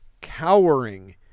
cowering